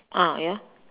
ah ya